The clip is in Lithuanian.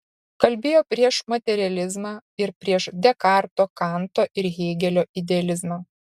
kalbėjo prieš materializmą ir prieš dekarto kanto ir hėgelio idealizmą